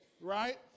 right